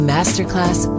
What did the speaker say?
Masterclass